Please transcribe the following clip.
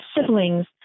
siblings